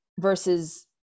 versus